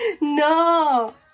No